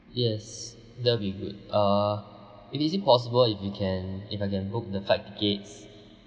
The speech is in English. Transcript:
yes that'll good uh it is it possible if you can if I can book the flight tickets